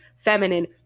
feminine